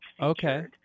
Okay